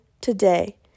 today